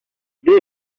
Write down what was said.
this